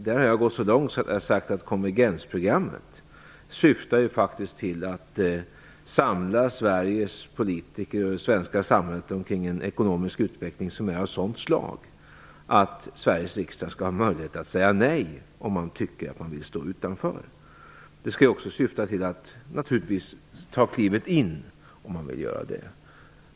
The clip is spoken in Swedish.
Där har jag gått så långt att jag har sagt att konvergensprogrammet faktiskt syftar till att samla Sveriges politiker och det svenska samhället omkring en ekonomisk utveckling som är av sådant slag att Sveriges riksdag skall ha möjlighet att säga nej om man tycker att man vill stå utanför. Det skall naturligtvis också syfta till att ta klivet in om man vill göra det.